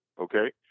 okay